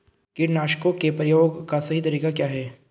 कीटनाशकों के प्रयोग का सही तरीका क्या है?